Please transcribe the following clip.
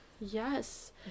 Yes